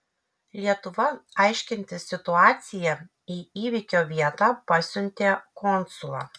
lietuva aiškintis situaciją į įvykio vietą pasiuntė konsulą